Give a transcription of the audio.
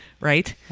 Right